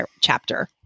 chapter